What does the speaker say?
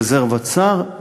רזרבת שר.